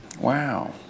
Wow